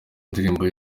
ndirimbo